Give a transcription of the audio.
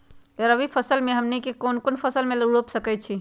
रबी फसल में हमनी के कौन कौन से फसल रूप सकैछि?